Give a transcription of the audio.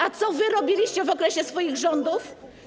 A co wy robiliście w okresie swoich rządów?